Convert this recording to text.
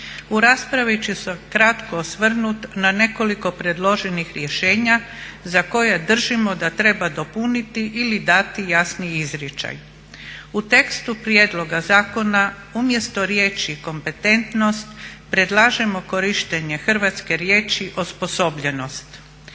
U raspravi će se kratko osvrnuti na nekoliko predloženih rješenja za koja držimo da treba dopuniti ili dati jasniji izričaj. U tekstu prijedloga zakona umjesto riječi "kompetentnost" predlažemo korištenje hrvatske riječi "osposobljenost".